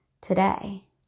today